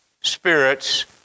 spirits